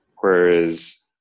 whereas